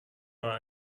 our